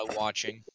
watching